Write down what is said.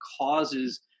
causes